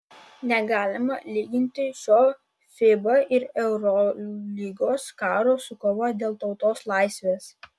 negalima lyginti šio fiba ir eurolygos karo su kova dėl tautos laisvės